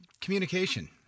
communication